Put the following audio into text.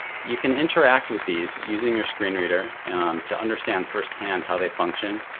you can interact with these using your screen reader to understand firsthand how they function,